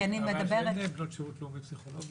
כי אני מדברת --- הבעיה שאין בנות שירות לאומי פסיכולוגיות.